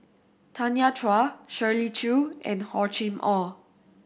Tanya Chua Shirley Chew and Hor Chim Or